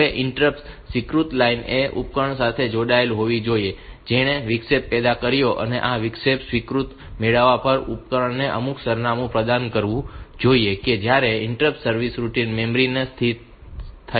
હવે ઇન્ટરપ્ટ સ્વીકૃતિ લાઇન એ ઉપકરણ સાથે જોડાયેલ હોવી જોઈએ કે જેણે વિક્ષેપ પેદા કર્યો છે અને આ વિક્ષેપ સ્વીકૃતિ મેળવવા પર ઉપકરણને અમુક સરનામું પ્રદાન કરવું જોઈએ કે જ્યાંથી ઇન્ટરપ્ટ સર્વિસ રૂટિન મેમરી માં સ્થિત થયેલ છે